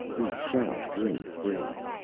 we shall win free